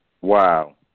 Wow